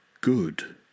Good